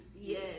Yes